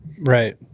Right